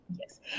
yes